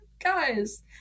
guys